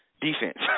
defense